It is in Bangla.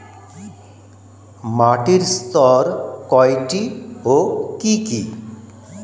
মাটির স্তর কয়টি ও কি কি?